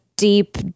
Deep